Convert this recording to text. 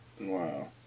Wow